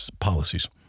policies